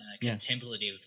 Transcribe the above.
contemplative